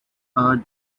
are